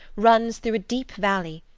runs through a deep valley,